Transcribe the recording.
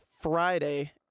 Friday